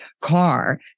car